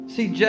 See